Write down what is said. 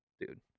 dude